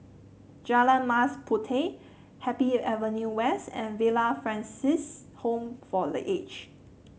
Jalan Mas Puteh Happy Avenue West and Villa Francis Home for The Aged